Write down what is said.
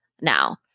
now